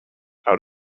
out